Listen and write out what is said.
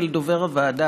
דובר הוועדה,